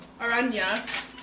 Aranya